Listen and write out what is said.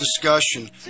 discussion